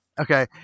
Okay